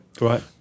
Right